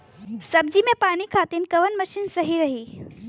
सब्जी में पानी खातिन कवन मशीन सही रही?